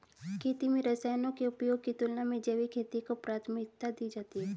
खेती में रसायनों के उपयोग की तुलना में जैविक खेती को प्राथमिकता दी जाती है